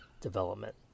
development